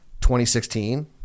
2016